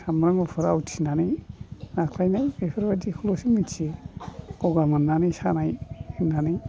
सामब्राम गुफुर आवथिनानै नाख्लायनाय बेफोरबायदिखौल'सो मिथियो गगा मोननानै सानाय होननानै